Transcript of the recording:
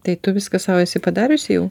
tai tu viską sau esi padariusi jau